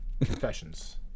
Confessions